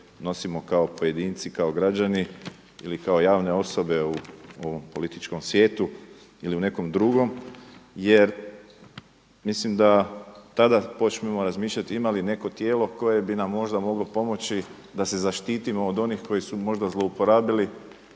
nosimo kao pojedinci, kao građani ili kao javne osobe u ovom političkom svijetu ili nekom drugom, jer mislim da tada počnemo razmišljati ima li neko tijelo koje će nam pomoći da se zaštitimo od onih koji su možda zlouporabili